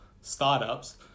startups